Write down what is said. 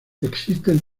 existen